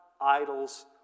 idols